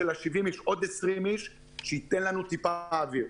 עוד 20 איש שזה ייתן לנו מעט אוויר.